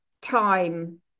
time